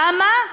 למה?